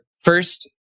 first